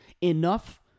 enough